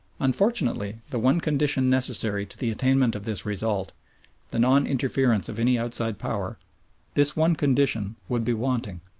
unfortunately the one condition necessary to the attainment of this result the non-interference of any outside power this one condition would be wanting.